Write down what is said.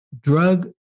drug